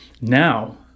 now